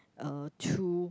uh through